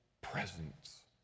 Presence